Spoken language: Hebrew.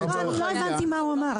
לא, אני לא הבנתי מה הוא אמר.